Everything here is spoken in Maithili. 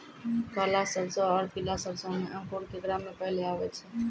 काला सरसो और पीला सरसो मे अंकुर केकरा मे पहले आबै छै?